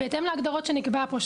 בהתאם להגדרות שנקבעו פה,